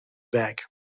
bag